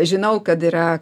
žinau kad yra